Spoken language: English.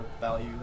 value